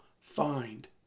find